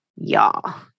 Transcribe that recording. Y'all